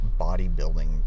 bodybuilding